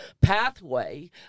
pathway